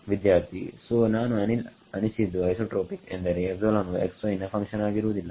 ವಿದ್ಯಾರ್ಥಿಸೋನಾನು ಅನಿಸಿದ್ದು ಐಸೋಟ್ರೋಪಿಕ್ ಎಂದರೆ ವು x y ನ ಫಂಕ್ಷನ್ ಆಗಿರುವುದಿಲ್ಲ